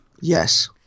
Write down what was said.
Yes